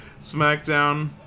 Smackdown